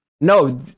No